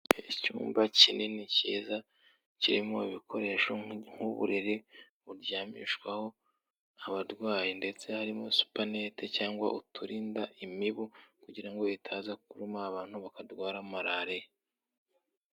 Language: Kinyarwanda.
Icyumba kinini cyiza kirimo ibikoresho nk'uburiri buryamishwaho abarwayi ndetse harimo supernet cyangwa uturinda imibu kugira ngo itaza kuruma abantu, bakarwara Malariya.